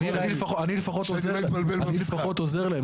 אני לפחות עוזר להם,